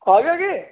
ਆ ਗਿਆ ਕਿ